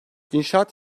i̇nşaat